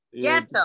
Ghetto